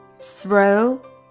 throw